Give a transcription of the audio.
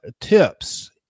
tips